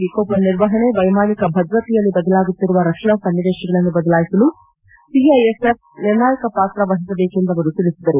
ವಿಕೋಪ ನಿರ್ವಹಣೆ ವ್ಯೆಮಾನಿಕ ಭದ್ರತೆಯಲ್ಲಿ ಬದಲಾಗುತ್ತಿರುವ ರಕ್ಷಣಾ ಸನ್ನಿವೇಶಗಳನ್ನು ಬದಲಾಯಿಸಲು ಸಿಐಎಸ್ಎಫ್ ನಿರ್ಣಾಯಕ ಪಾತ್ರ ವಹಿಸಬೇಕು ಎಂದು ಅವರು ತಿಳಿಸಿದರು